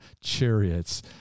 chariots